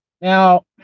Now